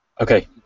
Okay